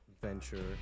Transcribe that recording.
venture